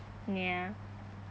ya